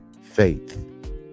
faith